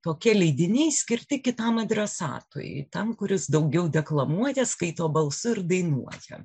tokie leidiniai skirti kitam adresatui tam kuris daugiau deklamuoti skaito balsu ir dainuoja